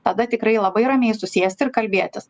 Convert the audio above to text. tada tikrai labai ramiai susėsti ir kalbėtis